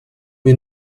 wir